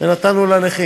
ונתנו לנכים.